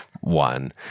one